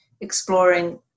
exploring